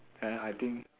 ya I think